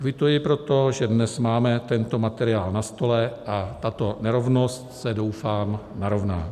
Kvituji proto, že dnes máme tento materiál na stole a tato nerovnost se, doufám, narovná.